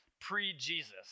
pre-Jesus